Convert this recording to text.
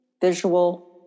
visual